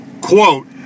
quote